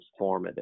transformative